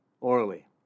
orally